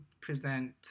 present